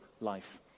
life